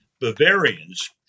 Bavarians